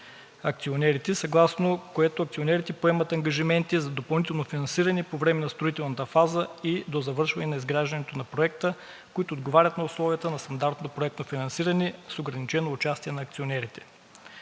акционерите, съгласно което акционерите поемат ангажименти за допълнително финансиране по време на строителната фаза и до завършване на изграждането на Проекта, които отговарят на условията на стандартното проектно финансиране, с ограничено участие на акционерите.